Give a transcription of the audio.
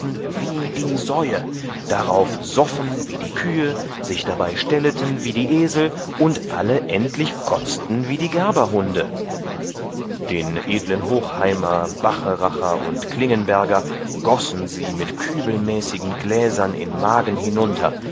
wie die säue darauf soffen wie die kühe sich dabei stelleten wie die esel und alle endlich kotzten wie die gerberhunde den edlen hochheimer bacheracher und klingenberger gossen sie mit kübelmäßigen gläsern in magen hinunter